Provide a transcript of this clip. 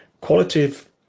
qualitative